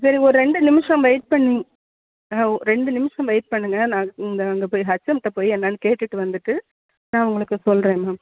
சரி ஒரு ரெண்டு நிமிஷம் வெயிட் பண்ணி ஆ ரெண்டு நிமிஷம் வெயிட் பண்ணுங்க நான் இந்த இங்கே போய் ஹெச்எம்கிட்ட போய் என்னென்னு கேட்டுவிட்டு வந்துட்டு நான் உங்களுக்கு சொல்கிறேன் மேம்